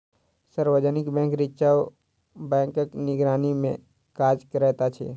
सार्वजनिक bank reserve बैंकक निगरानीमे काज करैत अछि